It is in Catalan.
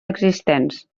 existents